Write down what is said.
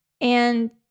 and-